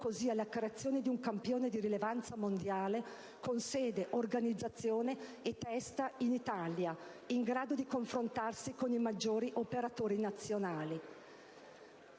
così alla creazione di un campione di rilevanza mondiale, con sede, organizzazione e testa in Italia, in grado di confrontarsi con i maggiori operatori nazionali.